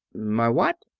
my what?